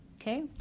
okay